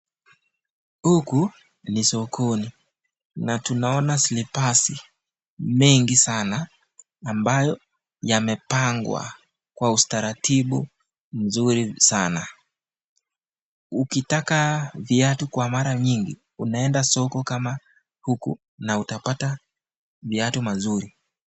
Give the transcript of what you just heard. Huku ni sokoni na tunaona slipasi mingi sana ambayo yamepangwa kwa utaratibu mzuri sana. Ukitaka viatu kwa mara nyingi, unaenda soko kama huku na utapata viatu mazuri.